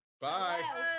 Bye